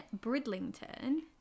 Bridlington